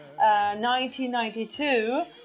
1992